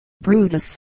Brutus